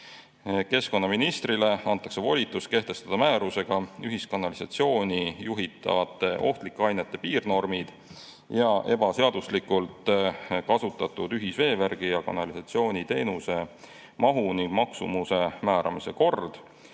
Keskkonnaministrile antakse volitus kehtestada määrusega ühiskanalisatsiooni juhitavate ohtlike ainete piirnormid ja ebaseaduslikult kasutatud ühisveevärgi ja ‑kanalisatsiooni teenuse mahu ning maksumuse määramise kord